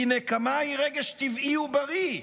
כי "נקמה היא רגש טבעי ובריא",